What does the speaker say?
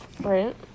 Right